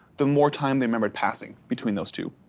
the more time they remembered passing between those two.